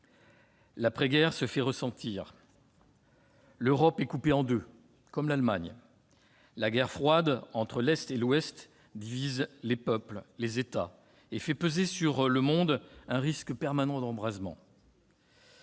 la guerre se font ressentir : l'Europe est coupée en deux, comme l'Allemagne ; la guerre froide entre l'Est et l'Ouest divise les peuples et les États et fait peser sur le monde un risque permanent d'embrasement